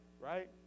Right